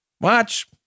Watch